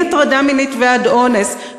מהטרדה מינית ועד אונס,